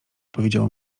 powiedziało